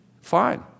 fine